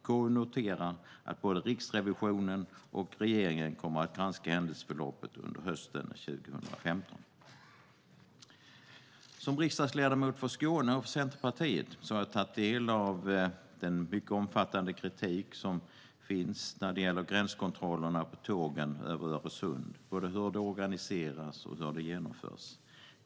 KU noterar att händelseförloppet under hösten 2015 kommer att granskas av både Riksrevisionen och regeringen. Som riksdagsledamot från Skåne och för Centerpartiet har jag tagit del av den mycket omfattande kritiken av gränskontrollerna på tågen över Öresund när det gäller både hur de organiseras och hur de genomförs.